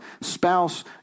spouse